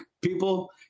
people